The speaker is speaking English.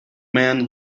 man